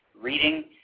reading